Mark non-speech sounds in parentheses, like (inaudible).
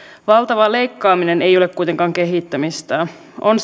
valtava leikkaaminen ei ole kuitenkaan kehittämistä on (unintelligible)